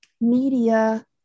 media